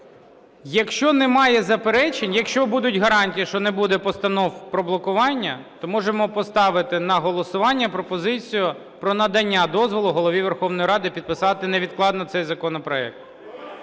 Якщо немає заперечень… Якщо будуть гарантії, що не буде постанов про блокування, то можемо поставити на голосування пропозицію про надання дозволу Голові Верховної Ради підписати невідкладно цей законопроект.